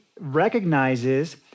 recognizes